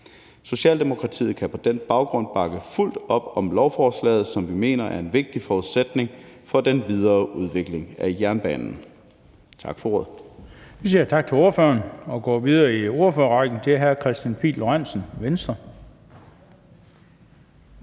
Socialdemokratiet kan på den baggrund bakke fuldt op om lovforslaget, som vi mener er en vigtig forudsætning for den videre udvikling af jernbanen. Tak for ordet. Kl. 16:21 Den fg. formand (Bent Bøgsted): Vi siger tak til ordføreren og går videre i ordførerrækken til hr. Kristian Pihl Lorentzen, Venstre.